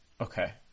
Okay